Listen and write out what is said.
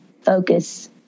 focus